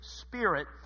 spirit